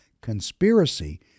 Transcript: conspiracy